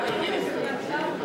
ההצעה להעביר את הנושא לוועדת החוקה,